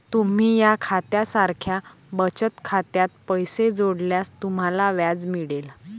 तुम्ही या खात्या सारख्या बचत खात्यात पैसे जोडल्यास तुम्हाला व्याज मिळेल